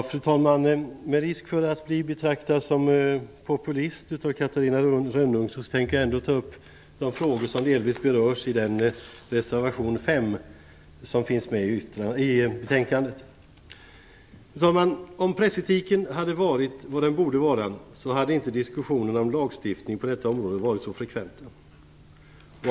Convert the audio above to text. Fru talman! Med risk för att bli betraktad som populist av Catarina Rönnung tänker jag ändå ta upp de frågor som delvis berörs i reservation 5 som finns med i betänkandet. Fru talman! Om pressetiken hade varit vad den borde vara hade inte diskussionerna om lagstiftning på detta område varit så frekventa.